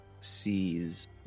sees